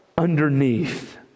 Underneath